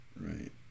right